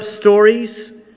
stories